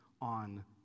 on